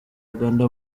rwanda